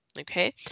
okay